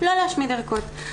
לא להשמיד ערכות.